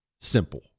simple